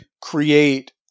create